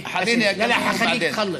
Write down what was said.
להלן תרגומם הסימולטני: